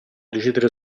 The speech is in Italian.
decidere